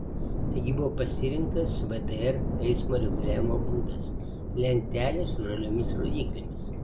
taigi buvo pasirinktas vdr eismo reguliavimo būdas lentelės su žaliomis rodyklėmis